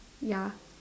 ya